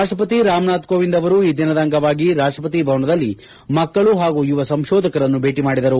ರಾಷ್ಟಪತಿ ರಾಮನಾಥ್ ಕೋವಿಂದ್ ಅವರು ಈ ದಿನದ ಅಂಗವಾಗಿ ರಾಷ್ಟಪತಿ ಭವನದಲ್ಲಿ ಮಕ್ಕಳು ಹಾಗೂ ಯುವ ಸಂಶೋಧಕರನ್ನು ಭೇಟಿ ಮಾಡಿದರು